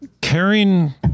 Carrying